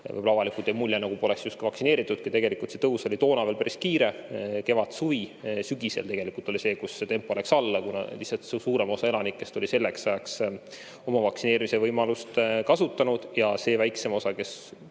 Võib-olla avalikult jääb mulje, nagu poleks justkui vaktsineeritudki. Tegelikult see tõus oli toona veel päris kiire, kevad, suvi, sügisel tegelikult oli see, kus see tempo läks alla, kuna lihtsalt suurem osa elanikest oli selleks ajaks oma vaktsineerimisvõimalust kasutanud ja see väiksem osa, kes